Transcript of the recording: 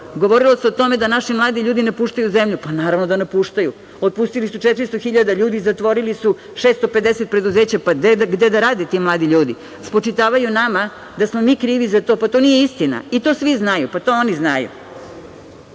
Govorilo se o tome da naši mladi ljudi napuštaju zemlju. Pa naravno da napuštaju. Otpustili su 400.000 ljudi, zatvorili su 650 preduzeća. Pa gde da rade ti mladi ljudi? Spočitavaju nama da smo mi krivi za to. Pa to nije istina i to svi znaju, pa to oni